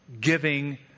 giving